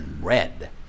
red